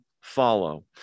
follow